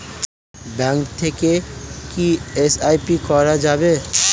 Bank থেকে কী SIP করা যাবে?